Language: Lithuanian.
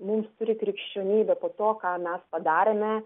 mums turi krikščionybė po to ką mes padarėme